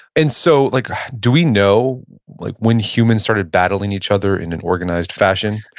and so like do we know like when humans started battling each other in an organized fashion?